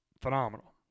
phenomenal